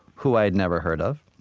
who i'd never heard of.